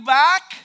back